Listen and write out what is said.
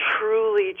truly